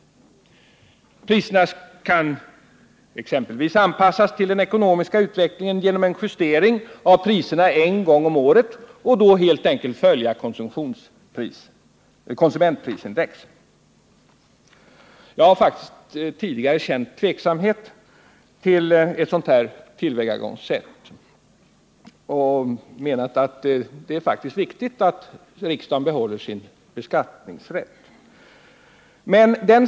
Priserna skulle exempelvis kunna anpassas till den ekonomiska utvecklingen genom en justering av dem en gång om året, varvid man helt enkelt skulle följa konsumentprisindex. Jag har tidigare känt viss tveksamhet inför ett sådant tillvägagångssätt och menat att det är viktigt att riksdagen behåller sin beskattningsrätt. Men den .